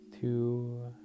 two